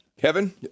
Kevin